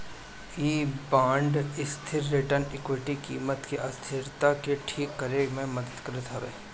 इ बांड स्थिर return equity कीमत के अस्थिरता के ठीक करे में मदद करत हवे